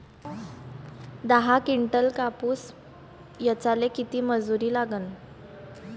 दहा किंटल कापूस ऐचायले किती मजूरी लागन?